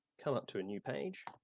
come up to a new page,